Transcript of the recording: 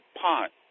pot